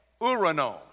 uranon